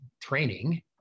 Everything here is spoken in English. training